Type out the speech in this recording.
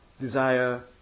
desire